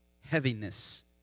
heaviness